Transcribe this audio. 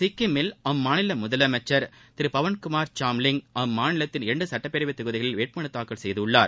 சிக்கிமில் அம்மாநில முதலமைச்சர் திரு பவன்குமார் சாம்லிங் அம்மாநிலத்தின் இரண்டு சுட்டப்பேரவை தொகுதிகளில் வேட்புமனு தாக்கல் செய்துள்ளார்